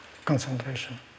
Concentration